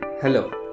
Hello